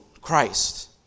Christ